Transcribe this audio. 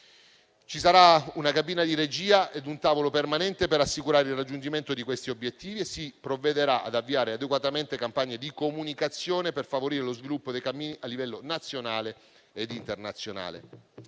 Ci saranno una cabina di regia e un tavolo permanente per assicurare il raggiungimento di questi obiettivi e si provvederà ad avviare adeguatamente campagne di comunicazione per favorire lo sviluppo dei cammini a livello nazionale ed internazionale.